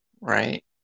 right